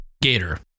gator